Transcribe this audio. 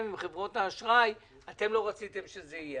עם חברות האשראי אתם לא רציתם שזה יהיה.